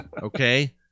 Okay